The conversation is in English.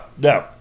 No